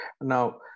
Now